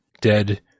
Dead